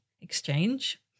exchange